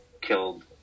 killed